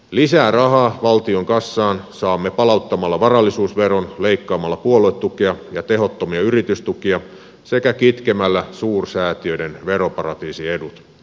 lisää rahaa valtion kassaan saamme palauttamalla varallisuusveron leikkaamalla puoluetukea ja tehottomia yritystukia sekä kitkemällä suursäätiöiden veroparatiisiedut